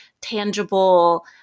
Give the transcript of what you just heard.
tangible